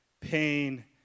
pain